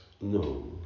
No